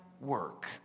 work